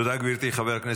תודה רבה.